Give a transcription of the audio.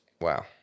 wow